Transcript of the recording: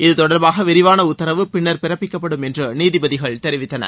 இது தொடர்பாக விரிவான உத்தரவு பின்னர் பிறப்பிக்கப்படும் என்று நீதிபதிகள் தெரிவித்தனர்